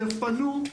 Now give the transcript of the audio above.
יגיעו ויפנו.